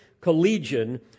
collegian